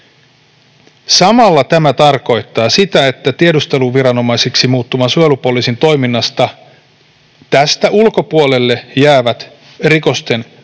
Samalla tämä tarkoittaa sitä, että tiedusteluviranomaiseksi muuttuvan suojelupoliisin toiminnasta tästä ulkopuolelle jäävät rikosten